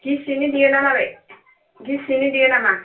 गिसियैनो देयोना माबोरै गिसियैनो देयो नामा